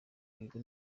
ibigo